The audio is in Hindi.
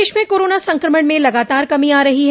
प्रदेश में कोरोना संक्रमण में लगातार कमी आ रही है